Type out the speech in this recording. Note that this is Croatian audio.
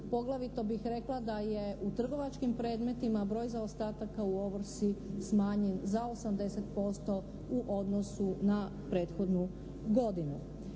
Poglavito bih rekla da je u trgovačkim predmetima broj zaostataka u ovrsi smanjen za 80% u odnosu na prethodnu godinu.